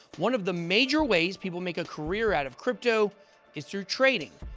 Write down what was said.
one of the major ways people make a career out of crypto is through trading.